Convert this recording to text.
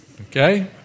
Okay